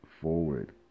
forward